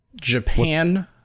Japan